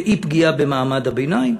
אי-פגיעה במעמד הביניים.